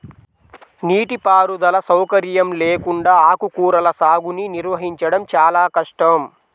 నీటిపారుదల సౌకర్యం లేకుండా ఆకుకూరల సాగుని నిర్వహించడం చాలా కష్టం